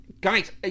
Guys